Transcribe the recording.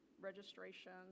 registration